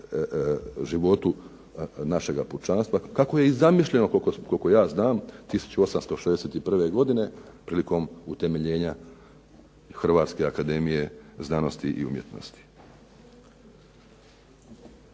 dakle našega pučanstva kako je i zamišljeno koliko ja znam 1861. godine prilikom utemeljenja Hrvatske akademije znanosti i umjetnosti.